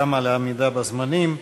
גם על העמידה בזמנים.